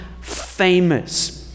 famous